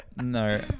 No